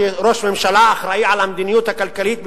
כראש ממשלה האחראי על המדיניות הכלכלית בוודאי,